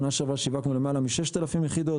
שנה שעברה שיווקנו למעלה מ-6,000 יחידות.